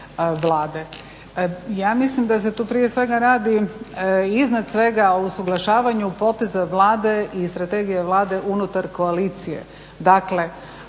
Ja mislim da se tu prije svega radi iznad svega u usuglašavanju poteza Vlade i strategije Vlade unutar koalicije.